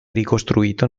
ricostruito